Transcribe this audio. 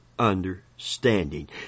understanding